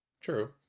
True